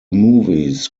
movies